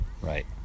right